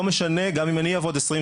לא משנה, גם אם אני אעבוד 24/7,